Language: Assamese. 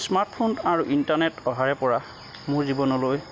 স্মাৰ্টফোন আৰু ইণ্টাৰনেট অহাৰে পৰা মোৰ জীৱনলৈ